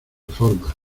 forma